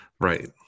Right